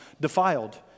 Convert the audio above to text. defiled